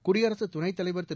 குடியரசுத் துணைத் தலைவர் திரு